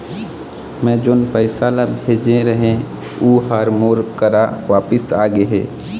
मै जोन पैसा ला भेजे रहें, ऊ हर मोर करा वापिस आ गे हे